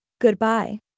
Goodbye